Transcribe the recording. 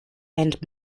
and